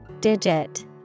Digit